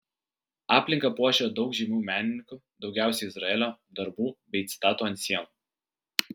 aplinką puošia daug žymių menininkų daugiausiai izraelio darbų bei citatų ant sienų